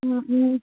ꯎꯝ ꯎꯝ